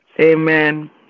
Amen